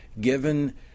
given